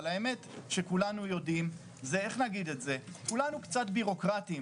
אבל האמת שכולנו יודעים זה, כולנו קצת בירוקרטים